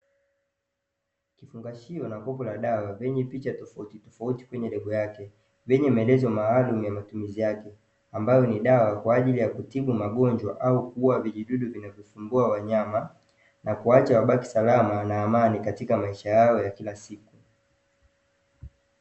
Kifungashio na kopo la dawa lenye picha tofautitofauti kwenye lebo yake, lenye maelezo maalumu ya matumizi yake; ambayo ni dawa kwa ajili ya kutibu magonjwa au kuua vijidudu vinavyosumbua wanyama na kuacha wabaki salama na amani katika maisha yao ya kila siku.